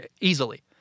easily